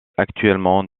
actuellement